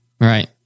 Right